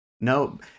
no